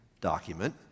document